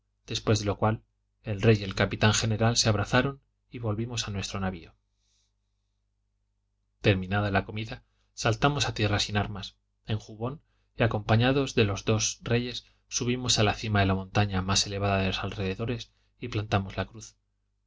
después de lo cual el rey y el capitán general se abrazaron y volvimos a nuestro navio terminada la comida saltamos a tierra sin armas en jubón y acompañados de los dos reyes subimos a ja cima de la montaña más elevada de los alrededores y plantamos la cruz